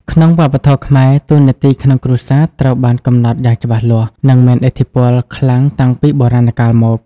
ក្នុងវប្បធម៌ខ្មែរ តួនាទីក្នុងគ្រួសារត្រូវបានកំណត់យ៉ាងច្បាស់លាស់ និងមានឥទ្ធិពលខ្លាំងតាំងពីបុរាណកាលមក។